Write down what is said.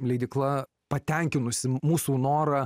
leidykla patenkinusi mūsų norą